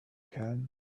can